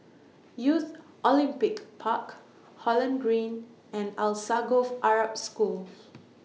Youth Olympic Park Holland Green and Alsagoff Arab School